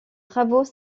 travaux